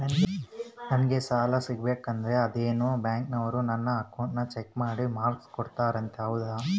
ನಂಗೆ ಸಾಲ ಸಿಗಬೇಕಂದರ ಅದೇನೋ ಬ್ಯಾಂಕನವರು ನನ್ನ ಅಕೌಂಟನ್ನ ಚೆಕ್ ಮಾಡಿ ಮಾರ್ಕ್ಸ್ ಕೊಡ್ತಾರಂತೆ ಹೌದಾ?